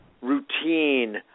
routine